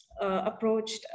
approached